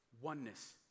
Oneness